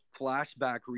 flashback